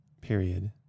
period